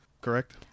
Correct